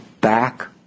back